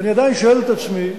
ואני עדיין שואל את עצמי: